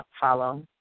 follow